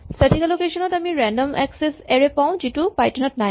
static allocation ত আমি random access array পাওঁ যিটো পাইথন ত নাই